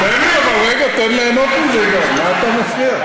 תן לי, אבל רגע, תן ליהנות מזה גם, מה אתה מפריע?